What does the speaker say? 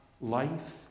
life